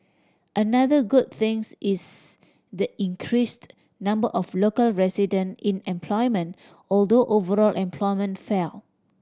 another good things is the increased number of local resident in employment although overall employment fell